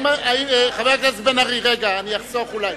חבר הכנסת בן-ארי, אתה, אני מתנגד.